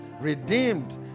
redeemed